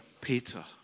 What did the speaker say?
Peter